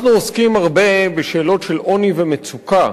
אנחנו עוסקים הרבה בשאלות של עוני ומצוקה,